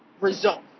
result